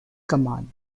command